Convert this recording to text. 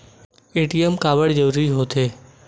ATM काबर जरूरी हो थे?